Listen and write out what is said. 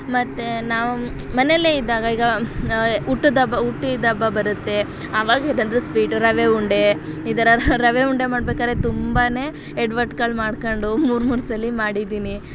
ಮತ್ತೆ ನಾವು ಮನೆಯಲ್ಲೆ ಇದ್ದಾಗ ಈಗ ಹುಟ್ಟಿದ ಹಬ್ಬ ಹುಟ್ಟಿದ ಹಬ್ಬ ಬರುತ್ತೆ ಆವಾಗ ಸ್ವೀಟ್ ರವೆ ಉಂಡೆ ಈ ಥರ ರವೆ ಉಂಡೆ ಮಾಡ್ಬೇಕಾದ್ರೆ ತುಂಬನೇ ಎಡ್ವಟ್ಗಳು ಮಾಡ್ಕೊಂಡು ಮೂರು ಮೂರು ಸಲ ಮಾಡಿದ್ದೀನಿ